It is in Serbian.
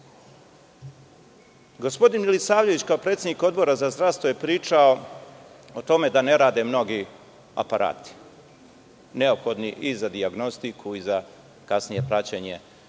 Milisavljević, kao predsednik Odbora za zdravstvo, je pričao o tome da ne rade mnogi aparati neophodni i za dijagnostiku i za kasnije praćenje,